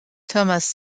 thomas